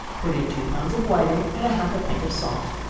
put in two pounds of whiting, and half a pint of salt,